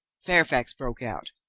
fairfax broke out.